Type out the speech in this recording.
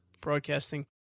Broadcasting